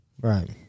Right